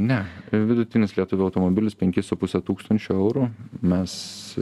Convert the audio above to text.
ne vidutinis lietuvio automobilis penki su puse tūkstančio eurų mes